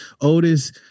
Otis